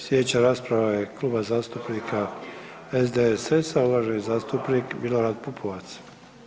Slijedeća rasprava je Kluba zastupnika SDSS-a, uvaženi zastupnik Milorad Pupovac.